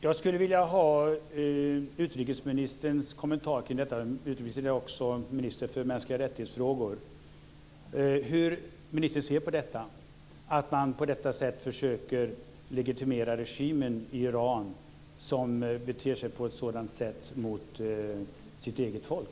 Jag skulle vilja ha utrikesministerns kommentar till detta. Utrikesministern är också minister för människorättsfrågor. Hur ser ministern på detta att man på det sättet försöker legitimera regimen i Iran, som beter sig på ett sådant sätt mot sitt eget folk?